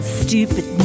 stupid